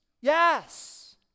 Yes